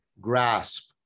grasp